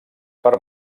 per